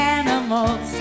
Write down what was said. animals